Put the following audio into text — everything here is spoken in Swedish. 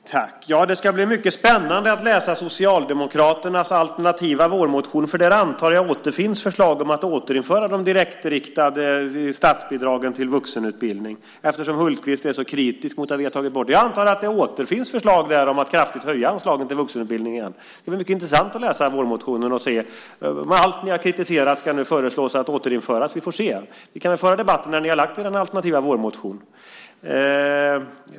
Herr talman! Det ska bli mycket spännande att läsa Socialdemokraternas alternativa vårmotion. Där antar jag att förslag återfinns om att återinföra de direktriktade statsbidragen till vuxenutbildning med tanke på att Hultqvist är så kritisk till det vi tar bort. Jag antar att det återfinns förslag där om att kraftigt höja anslagen till vuxenutbildningen. Det blir mycket intressant att läsa vårmotionen och se om allt det ni har kritiserat nu ska återinföras. Vi får se. Vi kan föra den debatten när ni har lagt fram er alternativa vårmotion.